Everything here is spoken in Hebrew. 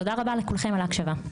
תודה רבה לכולכם על ההקשבה.